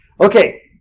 Okay